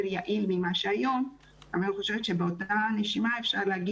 יעיל מכפי שקיים כיום אבל אני חושבת שבאותה נשימה אפשר לומר